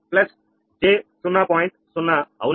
0 అవునా